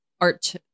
art